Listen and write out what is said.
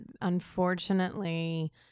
unfortunately